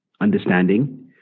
understanding